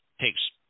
takes